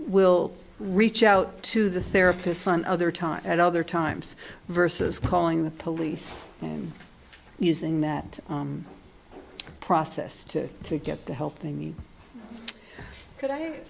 will reach out to the therapists another time at other times versus calling the police and using that process to to get the help they need could i